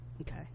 Okay